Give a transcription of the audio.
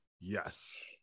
yes